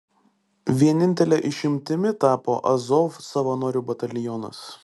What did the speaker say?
vienintele išimtimi tapo azov savanorių batalionas